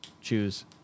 choose